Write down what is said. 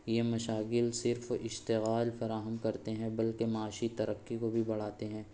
یہ مشاغل صرف اشتغال فراہم کرتے ہیں بلکہ معاشی ترقی کو بھی بڑھاتے ہیں